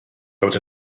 ddod